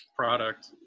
product